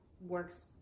works